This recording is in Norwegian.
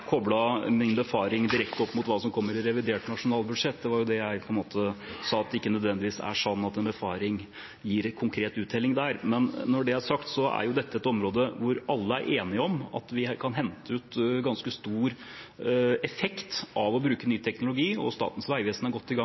min befaring direkte opp mot hva som kommer i revidert nasjonalbudsjett. Det var det jeg på en måte sa, at det ikke nødvendigvis er sånn at en befaring gir konkret uttelling der. Når det er sagt, er dette et område hvor alle er enige om at vi kan hente ut ganske stor effekt av å bruke ny teknologi. Statens vegvesen er godt i gang